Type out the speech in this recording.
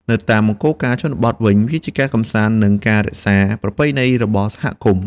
នៅតាមមង្គលការជនបទវិញ វាជាការកម្សាន្តនិងការរក្សាប្រពៃណីរបស់សហគមន៍។